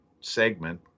segment